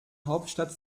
hauptstadt